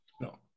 No